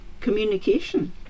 Communication